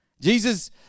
Jesus